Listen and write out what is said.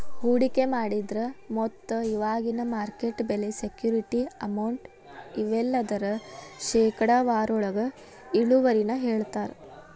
ಹೂಡಿಕೆ ಮಾಡಿದ್ರ ಮೊತ್ತ ಇವಾಗಿನ ಮಾರ್ಕೆಟ್ ಬೆಲೆ ಸೆಕ್ಯೂರಿಟಿ ಅಮೌಂಟ್ ಇವೆಲ್ಲದರ ಶೇಕಡಾವಾರೊಳಗ ಇಳುವರಿನ ಹೇಳ್ತಾರಾ